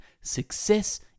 Success